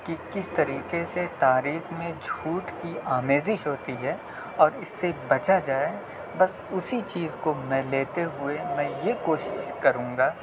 کہ کس طریقے سے تاریخ میں جھوٹ کی آمیزش ہوتی ہے اور اس سے بچا جائے بس اسی چیز کو میں لیتے ہوئے میں یہ کوشش کروں گا